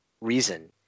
reason